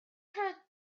could